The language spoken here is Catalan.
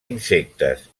insectes